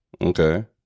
Okay